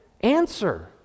answer